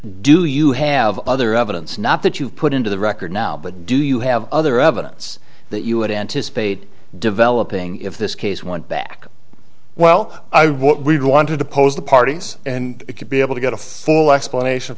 do you have other evidence not that you put into the record now but do you have other evidence that you would anticipate developing if this case went back well i would want to depose the parties and could be able to get a full explanation